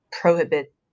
prohibit